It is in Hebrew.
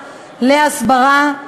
להסברה,